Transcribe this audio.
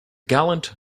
gallant